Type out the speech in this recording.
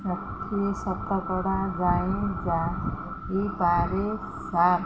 ଷାଠିଏ ଶତକଡ଼ା ଯାଏଁ ଯାଇପାରେ ସାର୍